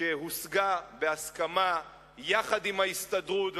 שהושגה בהסכמה עם ההסתדרות,